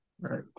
Right